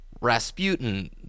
rasputin